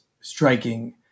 striking